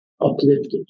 uplifted